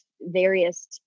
various